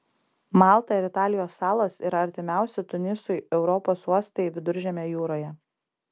malta ir italijos salos yra artimiausi tunisui europos uostai viduržemio jūroje